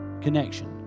connection